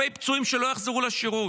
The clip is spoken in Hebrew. אלפי פצועים שלא יחזרו לשירות,